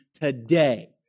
today